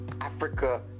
Africa